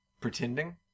Pretending